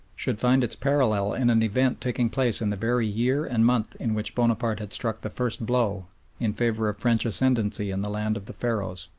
should find its parallel in an event taking place in the very year and month in which bonaparte had struck the first blow in favour of french ascendancy in the land of the pharaohs.